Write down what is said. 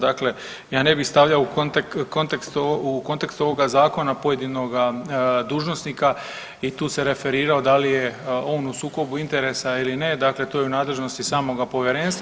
Dakle ja ne bih stavljao u kontekst ovoga Zakona pojedinoga dužnosnika i tu se referirao da li je on u sukobu interesa ili ne, dakle to je u nadležnosti samoga Povjerenstva.